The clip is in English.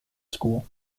school